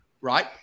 right